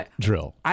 drill